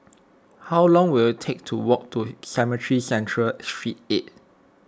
how long will it take to walk to Cemetry Central Street eight